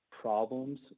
problems